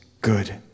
good